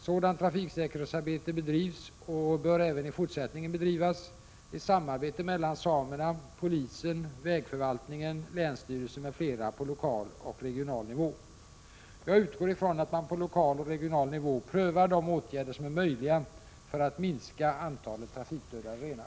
Sådant trafiksäkerhetsarbete bedrivs och bör även i fortsättningen bedrivas i samarbete mellan samerna, polisen, vägförvaltningen, länsstyrelsen m.fl. på lokal och regional nivå. Jag utgår från att man på lokal och regional nivå prövar de åtgärder som är möjliga för att minska antalet trafikdödade renar.